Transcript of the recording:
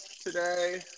today